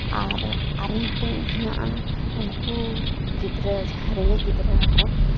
ᱟᱨ ᱟᱨ ᱢᱤᱫᱴᱟᱱ ᱦᱮᱱᱟᱜᱼᱟ ᱩᱱᱠᱩ ᱜᱤᱫᱽᱨᱟᱹ ᱡᱟᱦᱟᱸᱭ ᱨᱮᱸᱜᱮᱡ ᱜᱤᱫᱽᱨᱟᱹ ᱟᱠᱚ